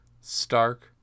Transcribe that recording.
stark